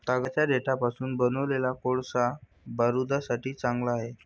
तागाच्या देठापासून बनवलेला कोळसा बारूदासाठी चांगला आहे